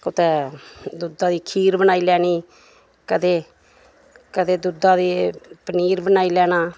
कुतै दुद्धा दी खीर बनाई लैनी कदें कदें दुद्धा दी पनीर बनाई लैना